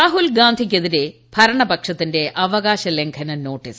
രാഹുൽഗാന്ധിക്കെതിരെ ്ഭരണ്പക്ഷത്തിന്റെ അവകാശ ലംഘന നോട്ടീസ്